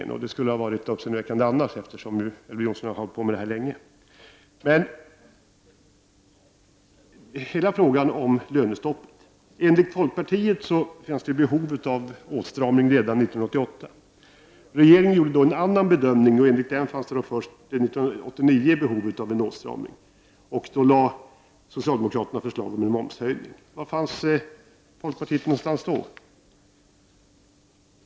Uppseendeväckande vore det annars, eftersom Elver Jonsson hållit på med detta länge. Några ord om lönestoppet. Enligt folkpartiet fanns behov av en åtstramning 1988. Regeringen gjorde då en annan bedömning, och enligt den uppstod behovet först 1989. Då framlade socialdemokraterna ett förslag om momshöjning. Var fanns folkpartiet då?